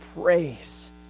praise